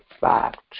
fact